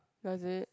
does it